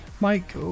mike